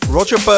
Roger